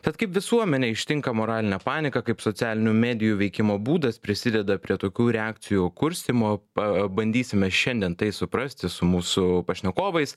tad kaip visuomenę ištinka moralinė panika kaip socialinių medijų veikimo būdas prisideda prie tokių reakcijų kurstymo pabandysime šiandien tai suprasti su mūsų pašnekovais